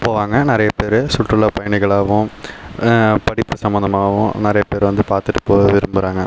போவாங்க நிறைய பேரு சுற்றுலா பயணிகளாவும் படிப்பு சம்மந்தமாவும் நிறைய பேரு வந்து பார்த்துட்டு போக விரும்புகிறாங்க